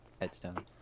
headstone